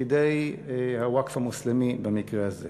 לידי הווקף המוסלמי במקרה הזה.